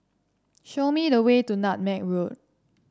show me the way to Nutmeg Road